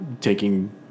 taking